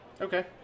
Okay